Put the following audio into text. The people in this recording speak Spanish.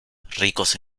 ricos